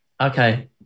okay